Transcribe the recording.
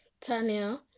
Tanya